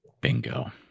Bingo